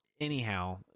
anyhow